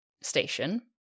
station